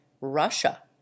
russia